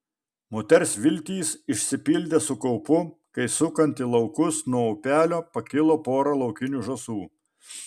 moters viltys išsipildė su kaupu kai sukant į laukus nuo upelio pakilo pora laukinių žąsų